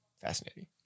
Fascinating